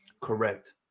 correct